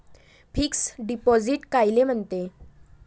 Fix deposit कायले म्हनते?